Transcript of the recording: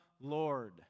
Lord